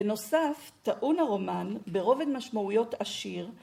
‫בנוסף, טעון הרומן ‫ברובד משמעויות עשיר